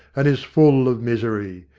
and is full of misery.